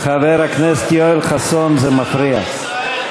חבר הכנסת יואל חסון, זה מפריע.